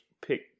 pick